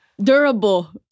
Durable